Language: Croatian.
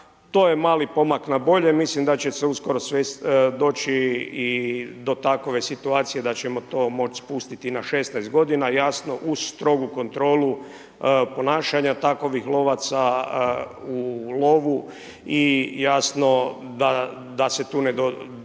To je mali pomak na bolje, mislim da će se uskoro doći i do takove situacije da ćemo to moći spustiti i na 16 godina. Jasno uz strogu kontrolu ponašanja takovih lovaca u lovu. I jasno da se tu ne dođe